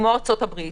כמו ארצות הברית